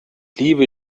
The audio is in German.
liebe